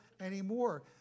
anymore